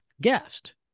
guest